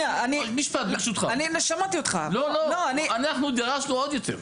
אנחנו דרשנו עוד יותר.